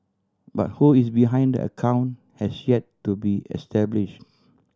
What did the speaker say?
but who is behind the account has yet to be established